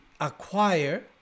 acquire